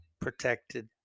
protected